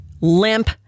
limp